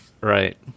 right